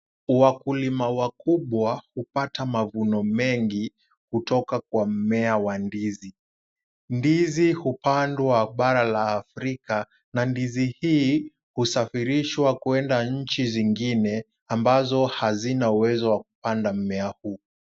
Wakulima wakubwa hupata mavuno mengi kutoka kwa mmea wa ndizi. Ndizi hupandwa Bara la Afrika. Na ndizi hii husafirishwa kwenda nchi zingine ambazo hazina uwezo wa kupanda mmea huu.